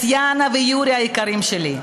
טטיאנה ויורי היקרים שלי.